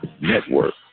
Network